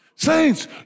Saints